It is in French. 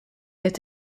est